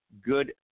good